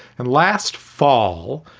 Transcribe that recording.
and last fall,